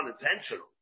unintentional